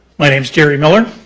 my name is jerry miller,